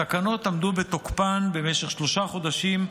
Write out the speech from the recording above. התקנות עמדו בתוקפן במשך שלושה חודשים,